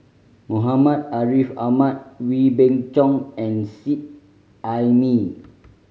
Muhammad Ariff Ahmad Wee Beng Chong and Seet Ai Mee